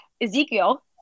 Ezekiel